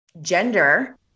gender